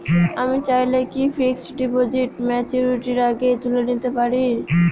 আমি চাইলে কি ফিক্সড ডিপোজিট ম্যাচুরিটির আগেই তুলে নিতে পারি?